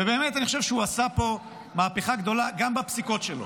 ובאמת אני חושב שהוא עשה פה מהפכה גדולה גם בפסיקות שלו,